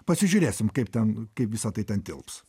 pasižiūrėsim kaip ten kaip visa tai ten tilps